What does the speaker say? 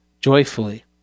joyfully